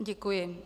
Děkuji.